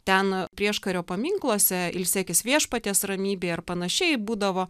ten prieškario paminkluose ilsėkis viešpaties ramybėj ar panašiai būdavo